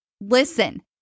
listen